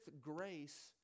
grace